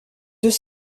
deux